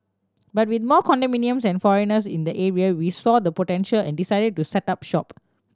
but with more condominiums and foreigners in the area we saw the potential and decided to set up shop